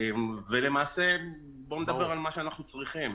בואו נדבר על מה שאנחנו צריכים.